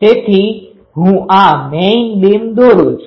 તેથી હું આ મેઈન બીમ દોરું છુ